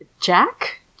Jack